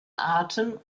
arten